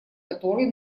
которой